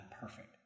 perfect